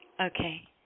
Okay